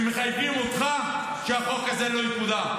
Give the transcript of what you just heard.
אותה ומחייבים אותך שהחוק הזה לא יקודם.